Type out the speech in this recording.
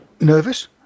nervous